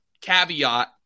caveat